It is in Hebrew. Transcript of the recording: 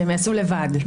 שהם יעשו לבד,